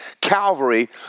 Calvary